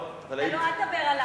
לא, אבל היית, לא, אל תדבר עלי.